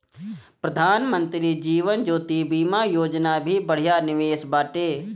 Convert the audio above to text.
प्रधानमंत्री जीवन ज्योति बीमा योजना भी बढ़िया निवेश बाटे